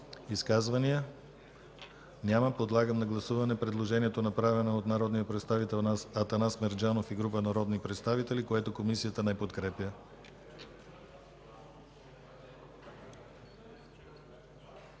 Изказвания? Няма. Подлагам на гласуване предложението на народния представител Атанас Мерджанов и група народни представители, което Комисията не подкрепя.